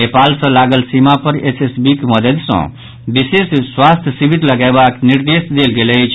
नेपाल सॅ लागल सीमा पर एसएसबीक मददि सॅ विशेष स्वास्थ्य शिविर लगयबाक निर्देश देल गेल अछि